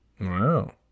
Wow